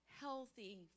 healthy